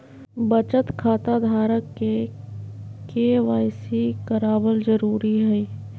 बचत खता धारक के के.वाई.सी कराबल जरुरी हइ